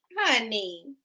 honey